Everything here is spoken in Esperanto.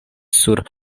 sur